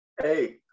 Hey